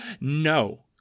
No